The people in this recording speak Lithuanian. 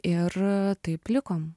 ir taip likom